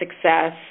success